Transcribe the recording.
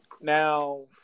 Now